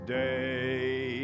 day